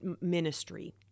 ministry